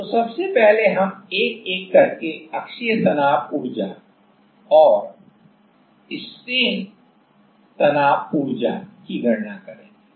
तो सबसे पहले हम एक एक करके अक्षीय तनाव ऊर्जा अक्षीय और झुकना तनाव ऊर्जा की गणना करेंगे